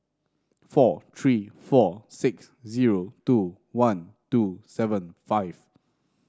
four three four six zero two one two seven five